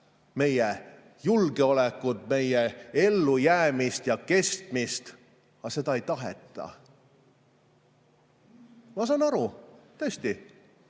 meie julgeolekut, meie ellujäämist ja kestmist. Aga seda ei taheta. Ma saan aru: tõesti,